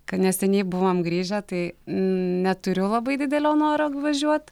kad neseniai buvom grįžę tai neturiu labai didelio noro važiuot